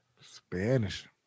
Spanish